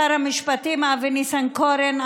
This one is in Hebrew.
שר המשפטים אבי ניסנקורן,